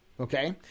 Okay